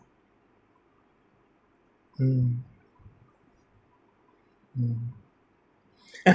mm mm